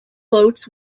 boats